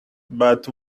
but